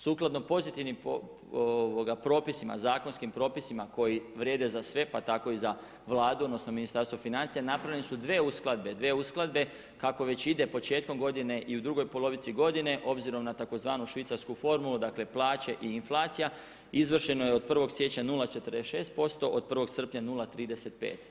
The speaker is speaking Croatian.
Sukladno pozitivnim propisima, zakonskim propisima koji vrijede za sve pa tako i za Vladu, odnosno Ministarstvo financija, napravljene su dvije uskladbe, dvije uskladbe, kako već ide početkom godine i u drugoj polovici godine obzirom na tzv. švicarsku formulu, dakle plaće i inflacija izvršeno je od 1. siječnja 0,46% od 1. srpnja 0,35.